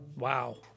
Wow